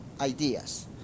ideas